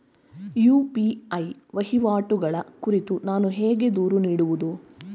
UPI ವಹಿವಾಟುಗಳ ಕುರಿತು ನಾನು ಹೇಗೆ ದೂರು ನೀಡುವುದು?